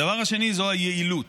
הדבר השני זו היעילות.